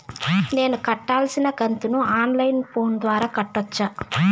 నేను కట్టాల్సిన కంతును ఆన్ లైను ఫోను ద్వారా కట్టొచ్చా?